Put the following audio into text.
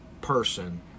person